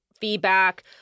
feedback